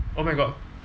oh my god